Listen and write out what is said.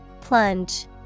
Plunge